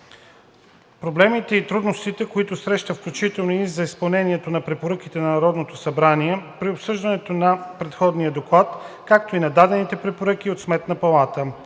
проблемите и трудностите, които среща, включително и за изпълнението на препоръките на Народното събрание при обсъждането на предходния доклад, както и на дадените препоръки от Сметната палата.